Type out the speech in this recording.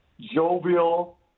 jovial